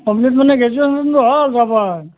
complete মানে গেজুৱেচনটো হ'ল যোৱাবাৰ